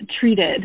treated